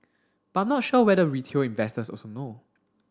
but I'm not sure whether retail investors also know